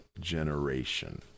generation